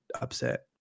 upset